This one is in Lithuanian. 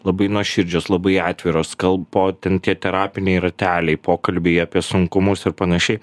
labai nuoširdžios labai atviros kal po ten tie terapiniai rateliai pokalbiai apie sunkumus ir panašiai